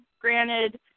Granted